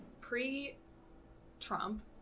pre-Trump